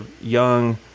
young